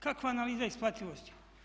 Kakva analiza isplativosti?